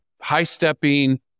high-stepping